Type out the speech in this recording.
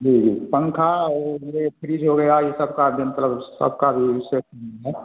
जी जी पंखा और ये फ्रिज हो गया ये सबका भी मतलब सबका भी सेट है